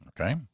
Okay